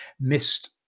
missed